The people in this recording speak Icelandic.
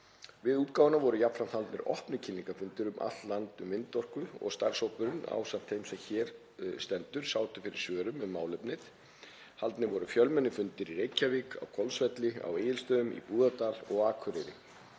Við útgáfu voru jafnframt haldnir opnir kynningarfundir um allt land um vindorku og starfshópurinn, ásamt þeim sem hér stendur, sat fyrir svörum um málefnið. Haldnir voru fjölmennir fundir í Reykjavík, á Hvolsvelli, á Egilsstöðum, í Búðardal og á Akureyri.